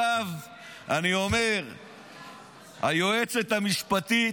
היועצת המשפטית